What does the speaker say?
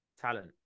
talent